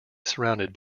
surrounded